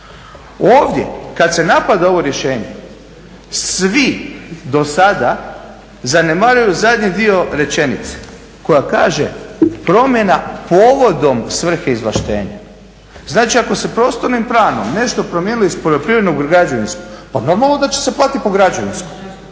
Ovdje kada se napada ovo rješenje svi do sada zanemaruju zadnji dio rečenice koja kaže promjena povodom svrhe izvlaštenja. Znači ako se prostornim planom nešto promijenilo iz poljoprivrednog građevinskog pa normalno da će se platiti pod građevinskom.